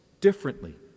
differently